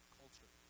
culture